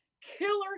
killer